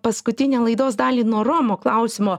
paskutinę laidos dalį nuo romo klausimo